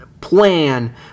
plan